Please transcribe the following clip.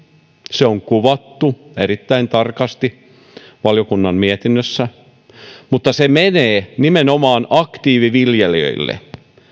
se on kuvattu erittäin tarkasti valiokunnan mietinnössä mutta se menee nimenomaan aktiiviviljelijöille